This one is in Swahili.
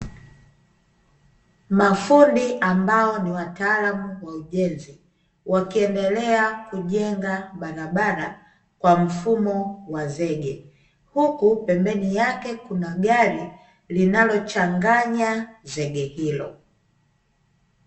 Mafundi ambao ni wataalamu wa ujenzi, wakiendelea kujenga barabara, kwa mfumo wa zege. Huku pembeni yake kuna gari, linalochanganya zege hilo.